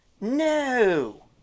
No